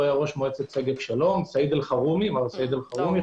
הוא היה ראש מועצת שגב שלום מר סעיד אלחרומי